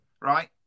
Right